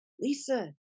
Lisa